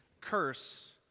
curse